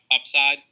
upside